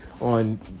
on